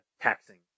taxing